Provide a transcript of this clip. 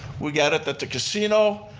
we got it at the casino.